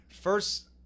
First